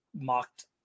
mocked